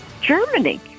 Germany